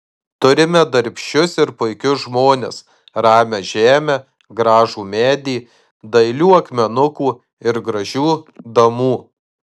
turime darbščius ir puikius žmones ramią žemę gražų medį dailių akmenukų ir gražių damų